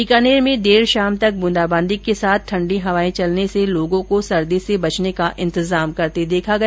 बीकानेर में देर शाम तक बूंदाबांदी के साथ ठण्डी हवाएं चलने से लोगों को सर्दी से बचने का इंतजाम करते देखा गया